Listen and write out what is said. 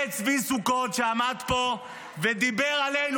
זה צבי סוכות שעמד פה ודיבר עלינו,